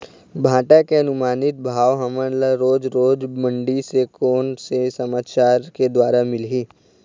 भांटा के अनुमानित भाव हमन ला रोज रोज मंडी से कोन से समाचार के द्वारा मिलही?